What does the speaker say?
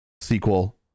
sequel